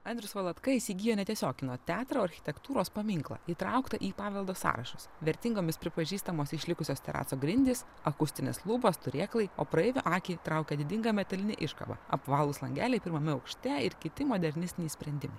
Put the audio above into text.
andrius valatka įsigijo ne tiesiog kino teatrą o architektūros paminklą įtrauktą į paveldo sąrašus vertingomis pripažįstamos išlikusios teraso grindys akustinės lubos turėklai o praeivių akį traukia didinga metalinė iškaba apvalūs langeliai pirmame aukšte ir kiti modernistiniai sprendimai